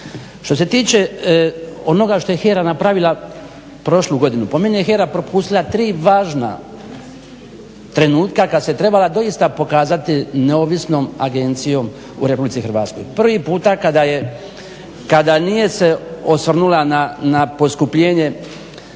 Što se tiče onoga što je HERA napravila prošlu godinu. Po meni je HERA propustila tri važna trenutka kad se trebala doista pokazati neovisnom agencijom u RH. Prvi puta kada nije se osvrnula na poskupljenje